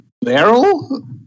barrel